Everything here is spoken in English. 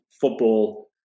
football